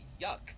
Yuck